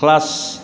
class